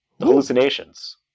hallucinations